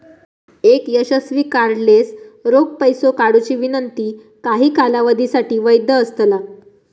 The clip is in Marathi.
एक यशस्वी कार्डलेस रोख पैसो काढुची विनंती काही कालावधीसाठी वैध असतला